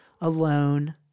alone